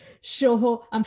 sure